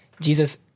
Jesus